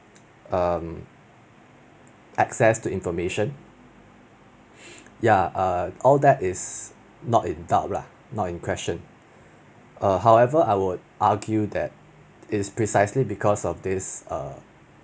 um access to information ya err all that is not in doubt lah not in question err however I would argue that is precisely because of this err